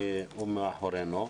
כי הוא מאחורינו.